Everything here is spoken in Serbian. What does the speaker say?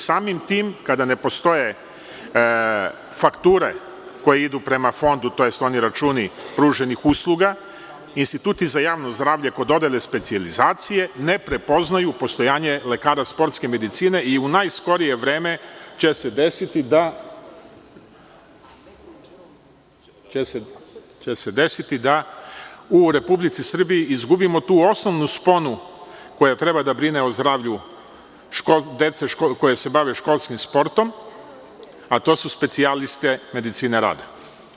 Samim tim kada ne postoje fakture koje ide prema fondu tj. oni računi pruženih usluga Instituti za javno zdravlje kod dodele specijalizacije ne prepoznaju postojanje lekara sportske medicine i u najskorije vreme će se desiti da u Republici Srbiji izgubimo tu osnovnu sponu koja treba da brine o zdravlju dece koja se bave školskim sportom, a to su specijalisti medicine rada.